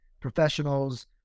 professionals